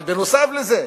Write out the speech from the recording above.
אבל בנוסף לזה,